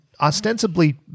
ostensibly